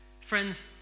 Friends